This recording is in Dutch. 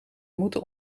moeten